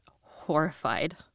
horrified